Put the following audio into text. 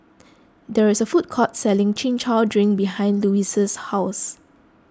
there is a food court selling Chin Chow Drink behind Louise's house